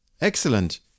Excellent